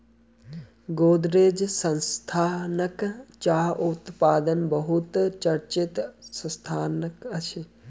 गोदरेज संस्थान चाह उत्पादनक बहुत चर्चित संस्थान अछि